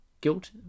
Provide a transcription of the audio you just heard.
Guilt